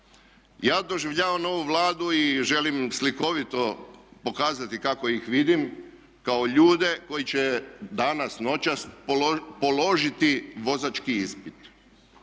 Ja doživljavam ovu Vladu i želim slikovito pokazati kako ih vidim kao ljude koji će danas, noćas, položiti vozački ispit.